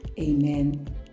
amen